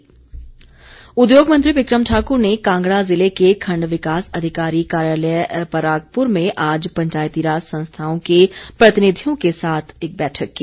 बिक्रम उद्योग मंत्री बिक्रम ठाकुर ने कांगड़ा जिले के खण्ड विकास अधिकारी कार्यालय परागपुर में आज पंचायती राज संस्थाओं के प्रतिनिधियों के साथ एक बैठक की